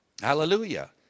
Hallelujah